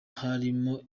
harimo